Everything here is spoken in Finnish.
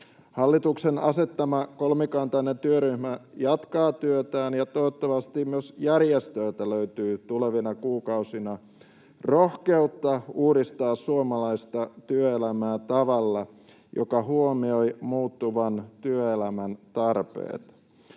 Hallituksen asettama kolmikantainen työryhmä jatkaa työtään, ja toivottavasti myös järjestöiltä löytyy tulevina kuukausina rohkeutta uudistaa suomalaista työelämää tavalla, joka huomioi muuttuvan työelämän tarpeet.